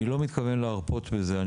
אני לא מתכוון להרפות מזה.